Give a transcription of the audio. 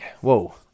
Whoa